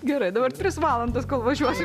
gerai dabar tris valandas kol važiuosiu